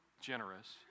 generous